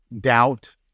doubt